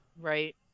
Right